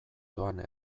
doan